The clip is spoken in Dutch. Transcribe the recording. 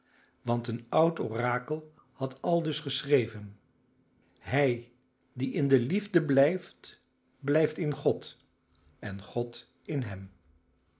want een oud orakel had aldus geschreven hij die in de liefde blijft blijft in god en god in hem